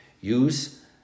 Use